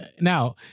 now